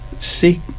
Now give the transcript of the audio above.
seek